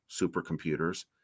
supercomputers